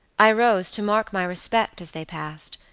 i rose to mark my respect as they passed,